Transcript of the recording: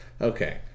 okay